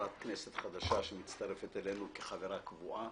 חברת כנסת חדשה שמצטרפת אלינו כחברה קבועה